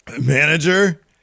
manager